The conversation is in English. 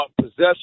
possession